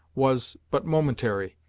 was but momentary,